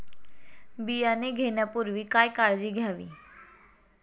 बियाणे घेण्यापूर्वी काय काळजी घ्यावी?